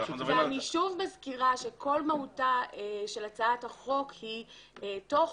ואני שוב מזכירה שכל מהותה של הצעת החוק היא תוך